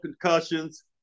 concussions